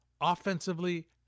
offensively